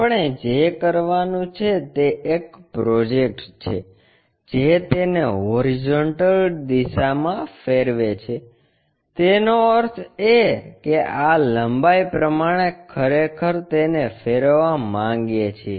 આપણે જે કરવાનું છે તે એક પ્રોજેક્ટ છે જે તેને હોરિઝોન્ટલ દિશા મા ફેરવે છે તેનો અર્થ એ કે આ લંબાઈ આપણે ખરેખર તેને ફેરવવા માંગીએ છીએ